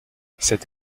cette